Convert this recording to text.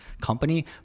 company